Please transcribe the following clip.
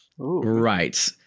Right